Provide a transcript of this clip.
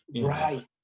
Right